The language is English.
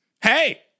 Hey